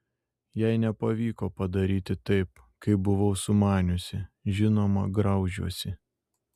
jei nepavyko padaryti taip kaip buvau sumaniusi žinoma graužiuosi